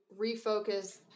refocus